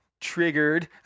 triggered